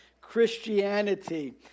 Christianity